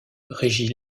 régit